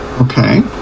Okay